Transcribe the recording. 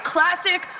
Classic